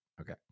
Okay